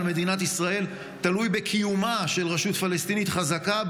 מדינת ישראל תלויה בקיומה של רשות פלסטינית חזקה,